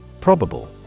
Probable